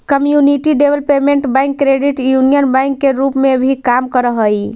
community development bank credit union bank के रूप में भी काम करऽ हइ